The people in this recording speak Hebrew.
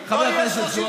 מיותרים.